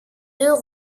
deux